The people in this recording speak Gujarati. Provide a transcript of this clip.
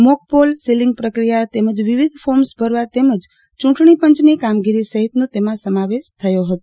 મોકપોલ સીલિંગ પ્રક્રિયા તેમજ વિવિધ ફોર્મસ ભરવા તેમજ ચૂંટણીપંચની કામગીરી સહિતનો તેમાં સમાવેશ થયો હતો